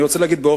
אני רוצה להגיד,